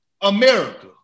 America